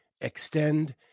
Extend